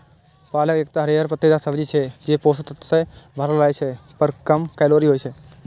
पालक एकटा हरियर पत्तेदार सब्जी छियै, जे पोषक तत्व सं भरल रहै छै, पर कम कैलोरी होइ छै